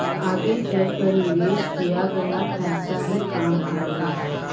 आगे चलकर निवेश किया गया पैसा ही काम आएगा